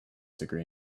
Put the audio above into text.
degree